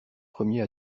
premiers